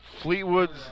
Fleetwood's